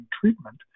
treatment